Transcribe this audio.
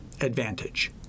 advantage